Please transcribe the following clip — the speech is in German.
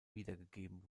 wiedergegeben